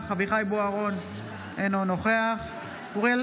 אינו נוכח אביחי אברהם בוארון,